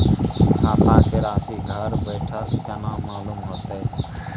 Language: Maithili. खाता के राशि घर बेठल केना मालूम होते?